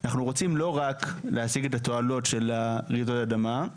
אנחנו רוצים לא רק להשיג את התועלות של רעידות האדמה,